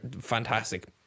fantastic